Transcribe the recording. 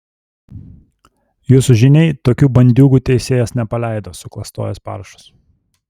jūsų žiniai tokių bandiūgų teisėjas nepaleido suklastojęs parašus